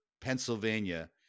Pennsylvania